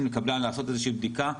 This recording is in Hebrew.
עם קבלן בכדי לעשות איזושהי בדיקה,